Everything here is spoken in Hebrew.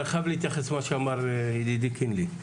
אבל אני חייב להתייחס למה שאמר ידידי קינלי.